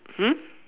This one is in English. hmm